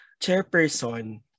chairperson